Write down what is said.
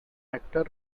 actor